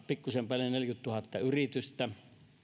pikkuisen päälle neljäkymmentätuhatta yritystä